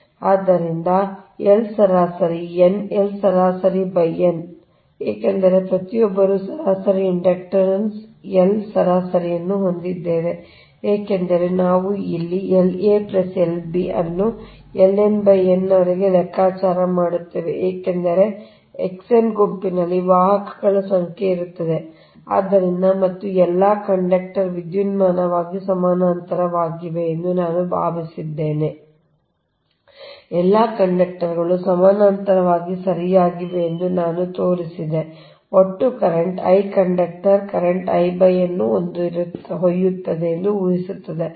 ಆದ್ದರಿಂದ ಅದು L ಸರಾಸರಿ n L ಸರಾಸರಿ n ಸರಿ ಏಕೆಂದರೆ ಪ್ರತಿಯೊಬ್ಬರೂ ಸರಾಸರಿ ಇಂಡಕ್ಟನ್ಸ್ L ಸರಾಸರಿಯನ್ನು ಹೊಂದಿದ್ದೇವೆ ಏಕೆಂದರೆ ನಾವು ಇಲ್ಲಿ L aL b ಅನ್ನು L n n ವರೆಗೆ ಲೆಕ್ಕಾಚಾರ ಮಾಡುತ್ತೇವೆ ಏಕೆಂದರೆ X n ಗುಂಪಿನಲ್ಲಿ ವಾಹಕಗಳ ಸಂಖ್ಯೆ ಇರುತ್ತದೆ ಆದ್ದರಿಂದ ಮತ್ತು ಎಲ್ಲಾ ಕಂಡಕ್ಟರ್ಗಳು ವಿದ್ಯುನ್ಮಾನವಾಗಿ ಸಮಾನಾಂತರದಲ್ಲಿವೆ ಎಂದು ನಾನು ನಿಮಗೆ ತೋರಿಸಿದ್ದೇನೆ ಎಲ್ಲಾ ಕಂಡಕ್ಟರ್ಗಳು ಸಮಾನಾಂತರವಾಗಿ ಸರಿಯಾಗಿವೆ ಎಂದು ನಾನು ತೋರಿಸಿದೆ ಒಟ್ಟು current I conductor current I n ಅನ್ನು ಒಯ್ಯುತ್ತದೆ ಎಂದು ಊಹಿಸುತ್ತದೆ